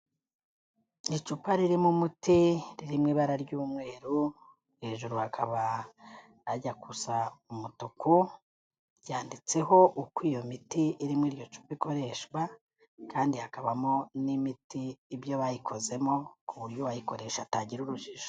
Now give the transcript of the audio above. Icupa ririmo umuti riri mu ibara ry'umweru, hejuru hakaba hajya gusa umutuku, ryanditseho uko iyo miti iri mu iryo ikoreshwa kandi hakabamo n'imiti ibyo bayikozemo ku buryo uwayikoresha atagira urujijo.